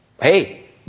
hey